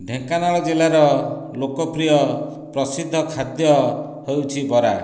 ଢେଙ୍କାନାଳ ଜିଲ୍ଲାର ଲୋକପ୍ରିୟ ପ୍ରସିଦ୍ଧ ଖାଦ୍ୟ ହେଉଛି ବରା